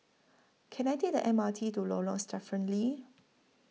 Can I Take The M R T to Lorong Stephen Lee